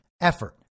effort